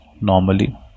normally